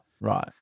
right